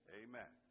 amen